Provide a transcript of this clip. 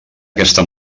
aquesta